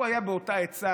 הוא היה באותה עצה